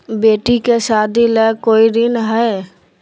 बेटी के सादी ला कोई ऋण हई?